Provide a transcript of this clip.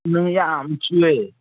ꯅꯣꯡ ꯌꯥꯝ ꯆꯨꯏꯌꯦ